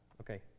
okay